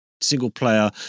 single-player